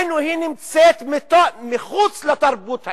היינו, היא נמצאת מחוץ לתרבות האנושית,